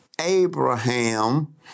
Abraham